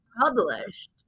published